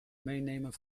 meenemen